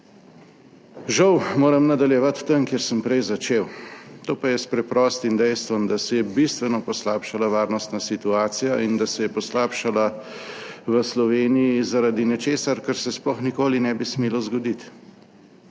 Žal moram nadaljevati tam, kjer sem prej začel, to pa je s preprostim dejstvom, da se je bistveno poslabšala varnostna situacija in da se je poslabšala v Sloveniji zaradi nečesa, kar se sploh nikoli ne bi smelo zgoditi.